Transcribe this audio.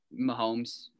Mahomes